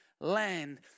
land